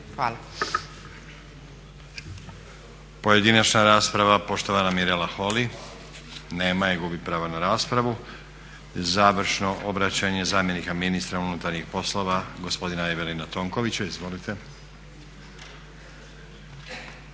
(SDP)** Pojedinačna rasprava poštovana Mirela Holy. Nema je, gubi pravo na raspravu. Završno obraćanje zamjenika ministra unutarnjih poslova gospodin Evelina Tonkovića. Izvolite.